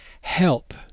help